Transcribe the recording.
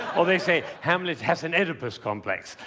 or they say, hamlet has an oedipus complex.